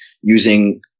using